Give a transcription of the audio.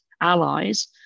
allies